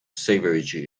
savagery